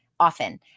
Often